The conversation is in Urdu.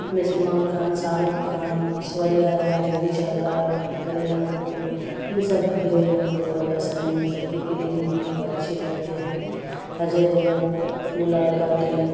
ہمیں سلمان خان شاہ رخ خان ایشوریہ رائے جوہی چاولہ کرینہ کپور ان سب ہیروئن ہم کو بہت پسند ہے ان سب کی فلم ہم کو اچھے لگتے ہیں اجے دیوگن پھول اور کانٹے